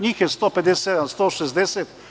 Njih je 157, 160.